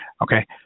Okay